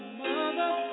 mother